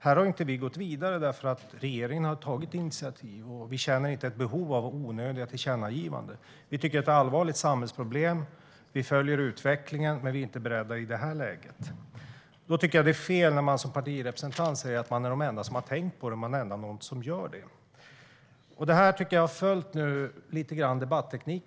Här har vi inte gått vidare eftersom regeringen har tagit ett initiativ. Vi känner inte något behov av onödiga tillkännagivanden. Vi tycker att det är ett allvarligt samhällsproblem, och vi följer utvecklingen, men vi är inte beredda att stödja ett tillkännagivande i det här läget. Då tycker jag att det är fel när Sverigedemokraternas partirepresentant säger att Sverigedemokraterna är de enda som har tänkt på detta och de enda som gör något åt det. Detta är något som återkommer i Sverigedemokraternas debatteknik.